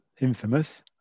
infamous